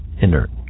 inert